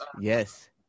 yes